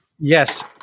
Yes